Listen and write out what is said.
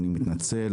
אני מתנצל,